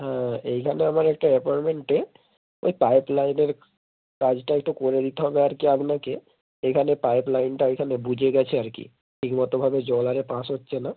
হ্যাঁ এইখানে আমার একটা অ্যাপার্টমেন্টে ওই পাইপ লাইনের কাজটা একটু করে দিতে হবে আর কি আপনাকে এখানে পাইপ লাইনটা এইখানে বুজে গেছে আর কি ঠিকমতোভাবে জল আরে পাস হচ্ছে না